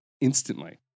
Instantly